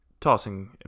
tossing